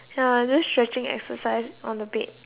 ya I'm just stretching exercise on the bed